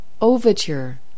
Overture